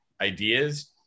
ideas